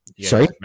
Sorry